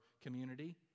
community